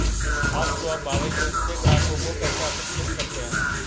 आप स्वाभाविक रूप से ग्राहकों को कैसे आकर्षित करते हैं?